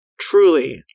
Truly